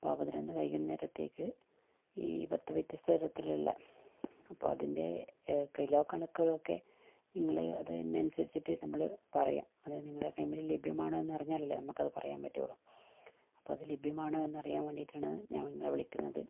അപ്പം പതിനൊന്ന് വൈകുന്നേരത്തേക്ക് ഈ പത്ത് വ്യത്യസ്ത തരത്തിലുള്ള അപ്പം അതിൻ്റെ കിലോ കണക്കുകളൊക്കെ നിങ്ങള് അതിനനുസരിച്ചിട്ട് നമ്മള് പറയാം അത് നിങ്ങടെ ടൈമില് ലഭ്യമാണോന്ന് അറിഞ്ഞാലല്ലേ നമുക്കത് പറയാൻ പറ്റുകയുള്ളു അപ്പം അത് ലഭ്യമാണോ എന്ന് അറിയാൻ വേണ്ടീട്ടാണ് ഞാൻ നിങ്ങളെ വിളിക്കുന്നത്